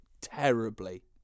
terribly